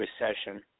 Recession